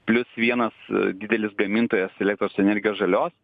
plius vienas didelis gamintojas elektros energijos žalios